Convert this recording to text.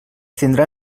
tindrà